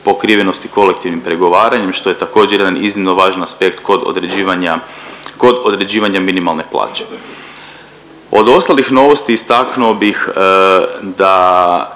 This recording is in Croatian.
pokrivenosti kolektivnim pregovaranjem, što je također, jedan iznimno važni aspekt kod određivanja minimalne plaće. Od ostalih novosti, istaknuo bih da